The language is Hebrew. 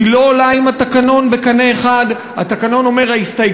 היא לא עולה בקנה אחד עם התקנון.